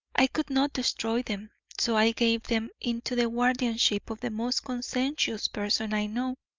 i could not destroy them, so i gave them into the guardianship of the most conscientious person i know.